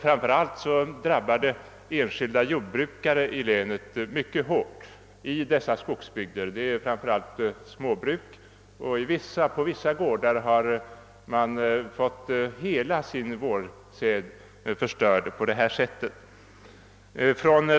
Framför allt är enskilda jordbrukare i länet mycket hårt drabbade i dessa skogsbygder. Det gäller framför allt småbruk. På vissa gårdar har man på detta sätt fått hela sin vårsäd förstörd.